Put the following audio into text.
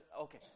okay